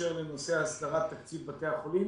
באשר לנושא הסדרת תקציב בתי החולים.